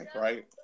right